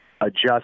adjust